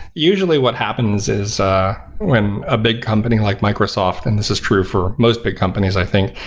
usually what happens is a when a big company like microsoft, and this is true for most big companies i think,